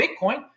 Bitcoin